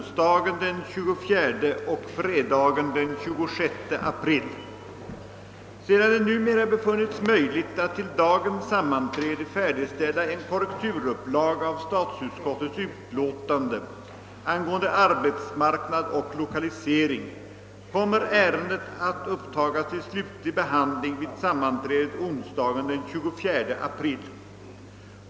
Sedan det numera befunnits möjligt att till dagens sammanträde färdigställa en korrekturupplaga av statsutskottets utlåtande angående arbetsmarknad och lokalisering kommer ärendet att upptagas till slutlig behandling vid sammanträdet onsdagen den 24 april.